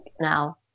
now